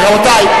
זה לא הישג שלכם,